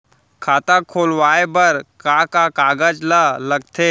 खाता खोलवाये बर का का कागज ल लगथे?